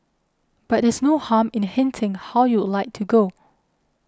but there's no harm in hinting how you'd like to go